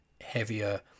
heavier